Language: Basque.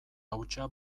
hautsa